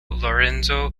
lorenzo